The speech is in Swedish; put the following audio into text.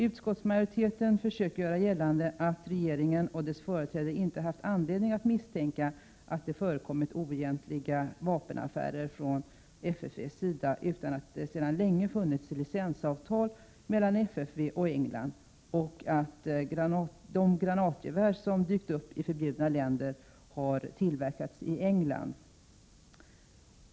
Utskottsmajoriteten försöker göra gällande att regeringen och dess företrädare inte har haft anledning att misstänka att det förekommit oegentliga vapenaffärer från FFV:s sida, utan att det sedan länge funnits licensavtal mellan FFV och England och att de granatgevär som dykt upp i förbjudna länder har tillverkats i England.